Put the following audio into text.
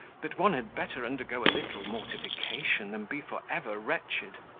but one had better undergo a little mortification than be for ever wretched.